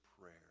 prayer